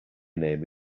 name